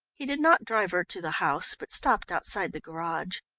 he did not drive her to the house, but stopped outside the garage.